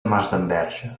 masdenverge